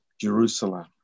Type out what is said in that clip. Jerusalem